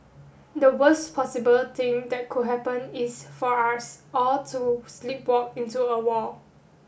the worst possible thing that could happen is for us all to sleepwalk into a war